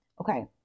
Okay